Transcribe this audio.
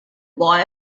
boy